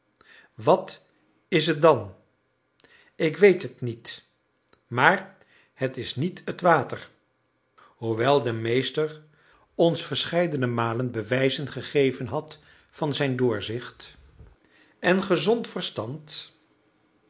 wat is het dan ik weet het niet maar het is niet het water hoewel de meester ons verscheidene malen bewijzen gegeven had van zijn doorzicht en gezond verstand